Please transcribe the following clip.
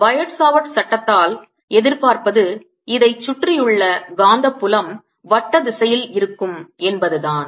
நான் Biot Savart சட்டத்தால் எதிர்பார்ப்பது இதைச் சுற்றியுள்ள காந்தப்புலம் வட்ட திசையில் இருக்கும் என்பதுதான்